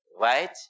right